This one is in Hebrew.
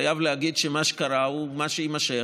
חייב להגיד שמה שקרה הוא מה שיימשך,